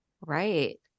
right